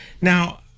Now